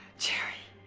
jerry?